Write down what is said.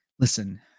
Listen